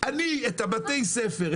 אני את בתי הספר,